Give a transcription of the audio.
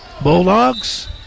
Bulldogs